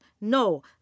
No